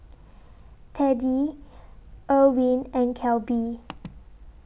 Teddie Irwin and Kelby